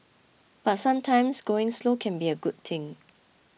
but sometimes going slow can be a good thing